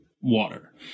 water